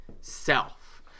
self